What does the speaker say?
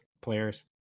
players